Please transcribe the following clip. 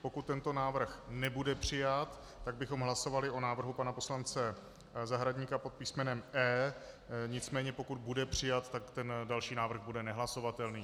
Pokud tento návrh nebude přijat, tak bychom hlasovali o návrhu pana poslance Zahradníka pod písmenem E. Nicméně pokud bude přijat, tak další návrh bude nehlasovatelný.